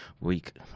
week